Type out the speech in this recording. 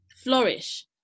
flourish